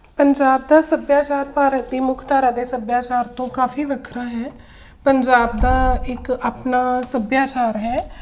ਪੰਜਾਬ ਦਾ ਸੱਭਿਆਚਾਰ ਭਾਰਤ ਦੀ ਮੁੱਖ ਧਾਰਾ ਦੇ ਸੱਭਿਆਚਾਰ ਤੋਂ ਕਾਫੀ ਵੱਖਰਾ ਹੈ ਪੰਜਾਬ ਦਾ ਇੱਕ ਆਪਣਾ ਸੱਭਿਆਚਾਰ ਹੈ